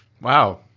Wow